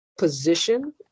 position